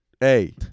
hey